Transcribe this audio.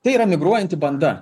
tai yra migruojanti banda